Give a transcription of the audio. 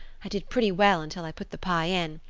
i did pretty well until i put the pie in,